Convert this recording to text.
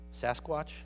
Sasquatch